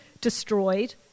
destroyed